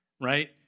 Right